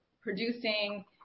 producing